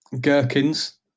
Gherkins